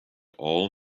all